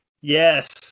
yes